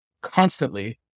constantly